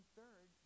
third